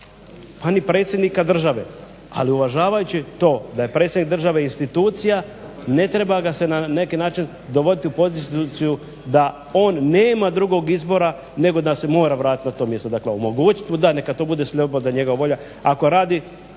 a ni predsjednika države. Ali uvažavajući to da je predsjednik države institucija ne treba ga se na neki način dovodit u poziciju da on nema drugog izbora nego da se mora vratit na to mjesto, dakle omogućit mu da, neka to bude slobodna njegova volja.